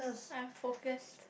I'm focused